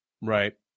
Right